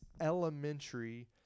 elementary